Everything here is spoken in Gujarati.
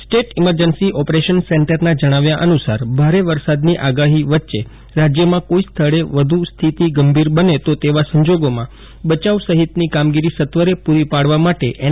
સ્ટેટ ઇમરજન્સી ઓપરેશન સેન્ટરના જણાવ્યા અનુસાર ભારે વરસાદની આગાહી વચ્ચે રાજ્યમાં કોઇ સ્થળે વ્ધુ સ્થિતિ ગંભીર બને તો તેવા સંજોગોમાં બચાવ સહિતની કામગીરી સત્વરે પૂરી પાડવા માટે એન